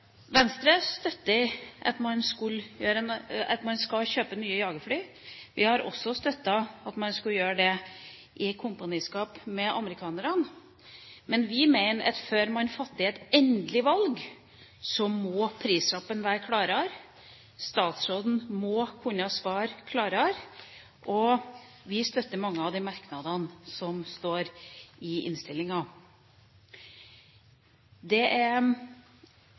Venstre støtter at man skal kjøpe nye jagerfly. Vi har også støttet at man skulle gjøre det i kompaniskap med amerikanerne, men vi mener at før man fatter et endelig valg, må prislappen være klarere, og statsråden må kunne svare klarere. Vi støtter mange av de merknadene som står i innstillinga. Dette er kanskje den største investeringa vi i det